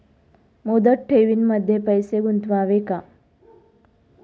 मुदत ठेवींमध्ये पैसे गुंतवावे का?